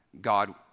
God